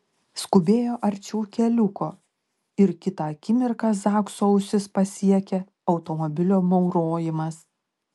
skubėjo arčiau keliuko ir kitą akimirką zakso ausis pasiekė automobilio maurojimas